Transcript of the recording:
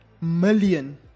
million